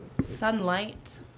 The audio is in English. sunlight